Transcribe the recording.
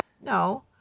No